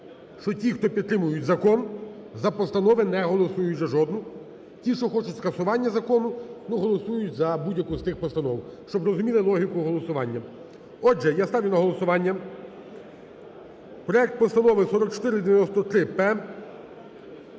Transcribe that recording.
що ті, хто підтримують закон за постанови не голосують за жодну. Ті, що хочуть скасування закону, ну, голосують за будь-яку з тих постанов, щоб розуміли логіку голосування. Отже, я ставлю на голосування проект постанови 4493-П.